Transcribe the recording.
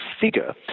figure